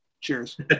Cheers